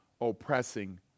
oppressing